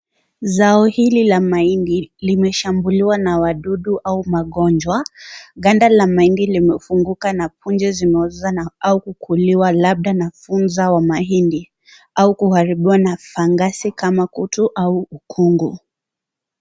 Zao hili la mahindi limeshambuliwa na wadudu au magonjwa. Ganda la mahindi limefunguka na punje zimeoza au kukuliwa na kunza wa mahindi au kuharibiwa na fangazi kama kutu au ukungu.